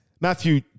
Matthew